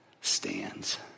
stands